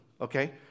okay